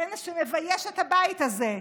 כנס שמבייש את הבית הזה.